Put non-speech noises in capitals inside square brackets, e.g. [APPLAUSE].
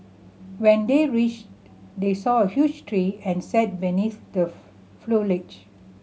when they reached they saw a huge tree and sat beneath the [UNINTELLIGIBLE] foliage